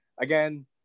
again